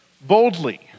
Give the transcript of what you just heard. boldly